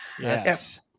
yes